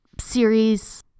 series